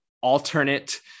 alternate